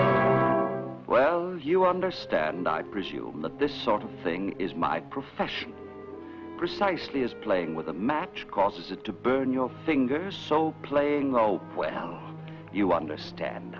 sale well you understand i presume that this sort of thing is my profession precisely as playing with a match causes it to burn your fingers so playing oh well you understand